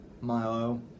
Milo